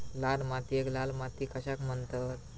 लाल मातीयेक लाल माती कशाक म्हणतत?